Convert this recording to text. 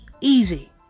easy